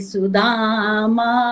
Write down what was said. Sudama